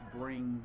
bring